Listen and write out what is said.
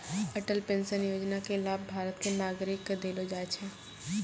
Atal pension योजना के लाभ भारत के नागरिक क देलो जाय छै